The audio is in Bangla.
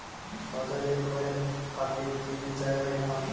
বাজারে কয়ের পাখীর ডিমের চাহিদা কেমন?